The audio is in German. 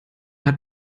hat